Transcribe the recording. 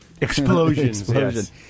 Explosions